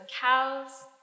cows